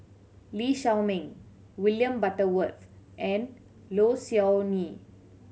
Lee Shao Meng William Butterworth and Low Siew Nghee